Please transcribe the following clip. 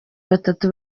batatu